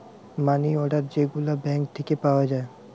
মানি order যে গুলা bank থিকে পাওয়া যায়